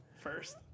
first